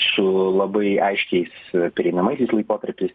su labai aiškiais pereinamasiais laikotarpiais